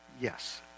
yes